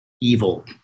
evil